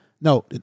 no